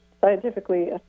scientifically